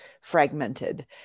fragmented